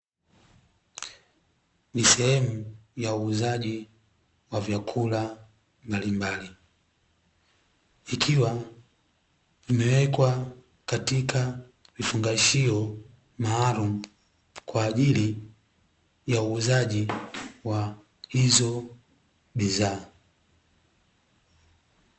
Ni sehemu ya uuzaji wa vyakula mbalimbali, ikiwa vimewekwa katika vifungashio maalumu kwa ajili ya uuzaji wa hizo bidhaa.